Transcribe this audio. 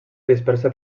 dispersa